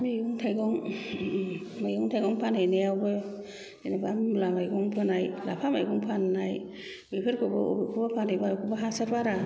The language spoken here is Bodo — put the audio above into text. मैगं थाइगं मैगं थाइगं फानहैनायावबो जेनबा मुला मैगं फोनाय लाफा मैगं फाननाय बेफोरखौबो अबेखौबा फानहैबा अबेखौबा हासार बारा